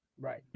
Right